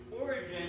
origin